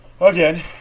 again